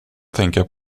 tänka